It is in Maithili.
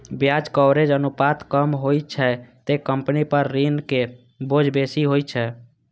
ब्याज कवरेज अनुपात कम होइ छै, ते कंपनी पर ऋणक बोझ बेसी होइ छै